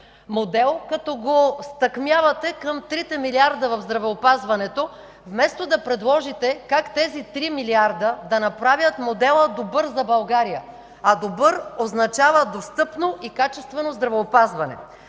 модел, като го стъкмявате към 3-те милиарда в здравеопазването, вместо да предложите как тези 3 милиарда да направят модела добър за България. А „добър” означава достъпно и качествено здравеопазване.